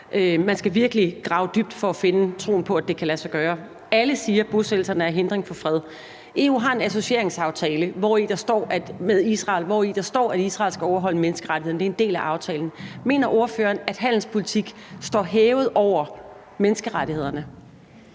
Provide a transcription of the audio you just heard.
Man skal virkelig grave dybt for at finde troen på, at det kan lade sig gøre. Alle siger, at bosættelserne er en hindring for fred. EU har en associeringsaftale med Israel, hvori der står, at Israel skal overholde menneskerettighederne. Det er en del af aftalen. Mener ordføreren, at handelspolitik står hævet over menneskerettighederne?